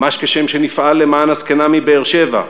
ממש כשם שנפעל למען הזקנה מבאר-שבע,